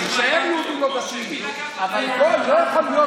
מיהדות התורה, אליהו חסיד.